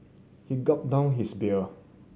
he gulped down his beer